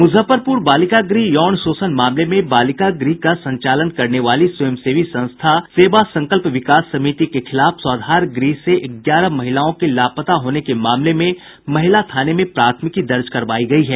मुजफ्फरपुर बालिका गृह यौन शोषण मामले में बालिका गृह का संचालन करने वाली स्वयं सेवी संस्था सेवा संकल्प विकास समिति के खिलाफ स्वाधार गृह से ग्यारह महिलाओं के लापता होने के मामले में महिला थाने में प्राथमिकी दर्ज करवाई गयी है